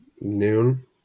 noon